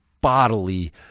bodily